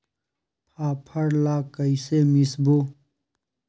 फाफण ला कइसे मिसबो?